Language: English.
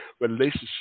relationship